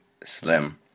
Slim